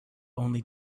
only